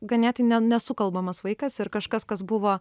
ganėt ne nesukalbamas vaikas ir kažkas kas buvo